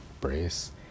brace